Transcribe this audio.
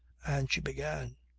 and she began.